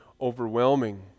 overwhelming